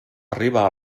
arriba